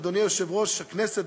אדוני יושב-ראש הכנסת,